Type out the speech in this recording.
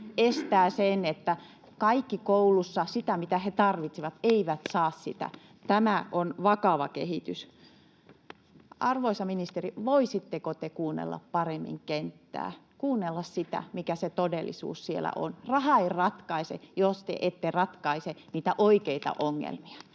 estää sen, että kaikki koulussa saisivat sitä, mitä he tarvitsevat. Tämä on vakava kehitys. Arvoisa ministeri, voisitteko te kuunnella paremmin kenttää, kuunnella sitä, mikä se todellisuus siellä on? Raha ei ratkaise, jos te ette ratkaise niitä oikeita ongelmia.